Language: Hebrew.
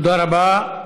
תודה רבה.